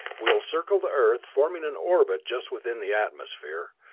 we'll circle the earth, forming an orbit just within the atmosphere,